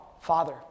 Father